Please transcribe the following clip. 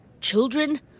Children